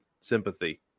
sympathy